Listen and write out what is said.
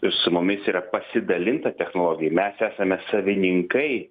ir su mumis yra pasidalinta technologija mes esame savininkai